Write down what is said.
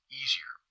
easier